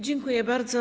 Dziękuję bardzo.